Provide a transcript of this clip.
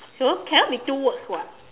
some more cannot be two words [what]